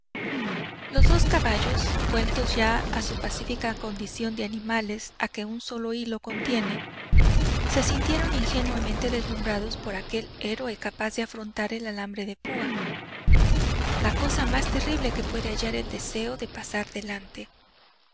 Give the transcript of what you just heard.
los dos caballos vueltos ya a su pacífica condición de animales a que un solo hilo contiene se sintieron ingenuamente deslumbrados por aquel héroe capaz de afrontar el alambre de púa la cosa más terrible que puede hallar el deseo de pasar adelante